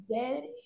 Daddy